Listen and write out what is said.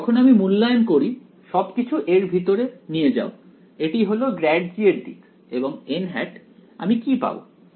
তাই যখন আমি মূল্যায়ন করি সবকিছু এর ভিতর নিয়ে যাও এটি হলো ∇g এর দিক এবং আমি কি পাবো